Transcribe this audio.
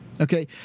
okay